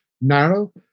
narrow